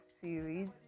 series